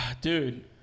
dude